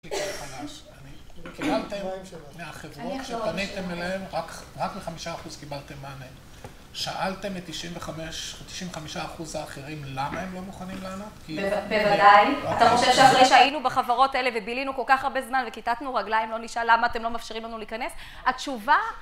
מהחברות שפניתם אליהם רק מ5% קיבלתם מענה, שאלתם את 95%, 95% האחרים למה הם לא מוכנים לענות? בוודאי, אתה חושב שאחרי שהיינו בחברות האלה ובילינו כל כך הרבה זמן וקיטטנו רגליים לא נשאל למה אתם לא מאפשרים לנו להיכנס? התשובה